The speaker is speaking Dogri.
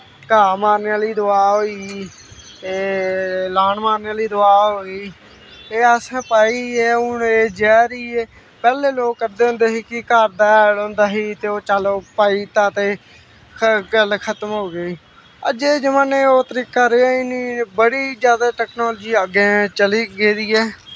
घा मारने आह्ली दवा होई ते लाऽन मारने आह्ली दवा होई एह् अस पाईयै हून जैह्र ई ऐ पैह्लैं लोग करदे होंदे ही के घर दा हैल होंदा ही ते ओह् चल पाई दित्ता ते गल्ल खत्म होई गेई अज्जे दे जमाने च ओह् तरीका रेहा गै नी बड़ी जादा टैकनॉलजी अग्गैं चली गेदी ऐ